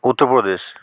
Uttar Pradesh